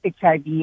HIV